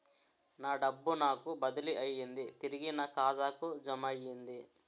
నా డబ్బు నాకు బదిలీ అయ్యింది తిరిగి నా ఖాతాకు జమయ్యింది